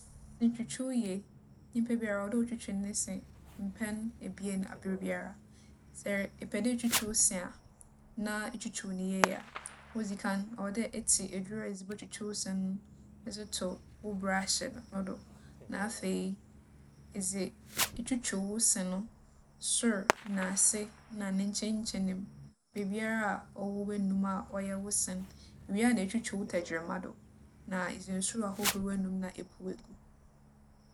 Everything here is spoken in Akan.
S - se twutwuw ye, nyimpa biara ͻwͻ dɛ otwutwuw ne se mpɛn ebien aberbiara. Sɛ epɛ dɛ itwutwuw wo se a, na itwutwuw no yie a, odzi kan, ͻwͻ dɛ etse edur a edze botwutwuw wo se no edze to wo braahye no do. Na afei, edze itwutwuw wo se no, sor na ase na ne nkyɛnkyɛn mu. Beebiara a ͻwͻ w'anomu a ͻyɛ wo se no. Iwie a na etwutwuw wo tɛgyirama do na edze nsu ahohor w'anomu na epuw egu.